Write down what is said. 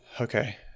Okay